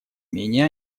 менее